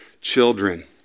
children